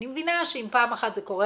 אני מבינה שאם פעם אחת זה קורה,